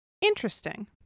Interesting